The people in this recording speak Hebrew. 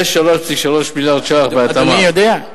ו-3.3 מיליארד ש"ח, בהתאמה, אדוני יודע?